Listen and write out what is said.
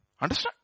Understand